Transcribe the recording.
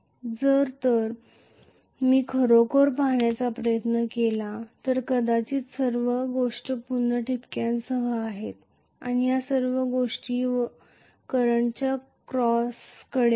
तर जर मी खरोखर पाहण्याचा प्रयत्न केला तर कदाचित या सर्व गोष्टी ठिपक्यांसह आहेत आणि या सर्व गोष्टी क्रॉस करंट कडे आहेत